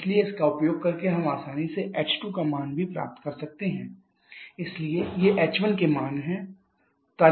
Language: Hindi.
इसलिए इसका उपयोग करके हम आसानी से h2 का मान भी प्राप्त कर सकते हैं इसलिए ये h1 के मान हैं